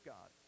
God